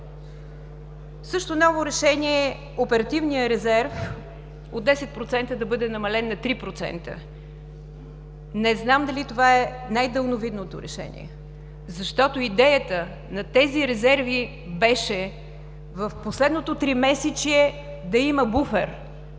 Също ново решение е оперативният резерв от 10% да бъде намален на 3%. Не знам дали това е най-далновидното решение. Идеята на тези резерви беше в последното тримесечие да има буфер